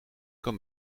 kan